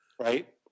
right